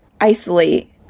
isolate